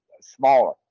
smaller